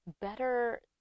better